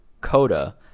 Coda